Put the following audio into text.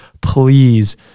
please